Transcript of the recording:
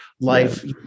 life